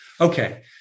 Okay